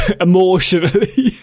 emotionally